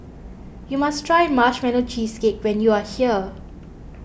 you must try Marshmallow Cheesecake when you are here